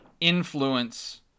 influence